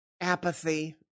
apathy